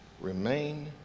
remain